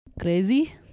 crazy